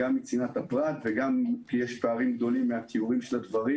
גם בשל צנעת הפרט וגם כי יש פערים גדולים מהתיאורים של הדברים